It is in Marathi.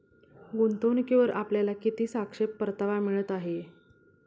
गुंतवणूकीवर आपल्याला किती सापेक्ष परतावा मिळत आहे?